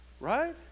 Right